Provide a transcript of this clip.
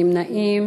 אנחנו נעביר,